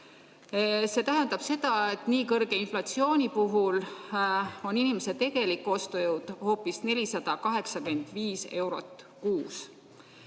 See tähendab seda, et nii kõrge inflatsiooni puhul on inimese tegelik ostujõud hoopis 485 eurot kuus.